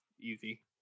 easy